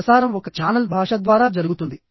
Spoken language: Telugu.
ప్రసారం ఒక ఛానల్ భాష ద్వారా జరుగుతుంది